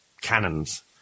cannons